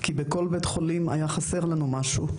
כי בכל אחד מהם היה חסר לנו משהו.